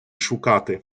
шукати